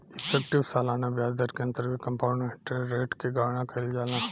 effective सालाना ब्याज दर के अंतर्गत कंपाउंड इंटरेस्ट रेट के गणना कईल जाला